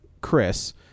Chris